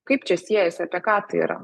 kaip čia siejasi apie ką tai yra